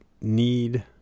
need